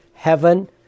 Heaven